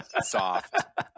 Soft